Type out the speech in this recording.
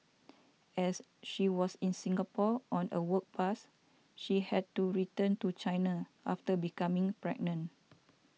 as she was in Singapore on a work pass she had to return to China after becoming pregnant